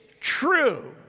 true